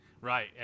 Right